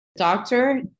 Doctor